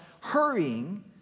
hurrying